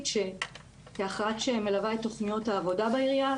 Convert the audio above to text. כאחת שמלווה את תוכניות העבודה בעירייה,